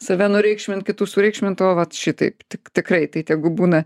save nureikšmint kitus sureikšmint o vat šitaip tik tikrai tai tegu būna